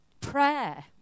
Prayer